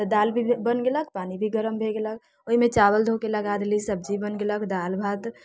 तऽ दालि भी बन गेलक पानि भी गरम भए गेलक ओइमे चावल धोके लगा देली सब्जी बन गेलक दालि भात